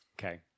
Okay